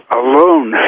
alone